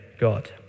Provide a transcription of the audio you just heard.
God